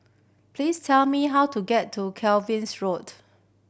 please tell me how to get to Cavans Road